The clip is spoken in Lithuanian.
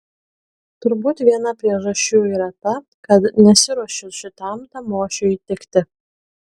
turbūt viena priežasčių yra ta kad nesiruošiu šitam tamošiui įtikti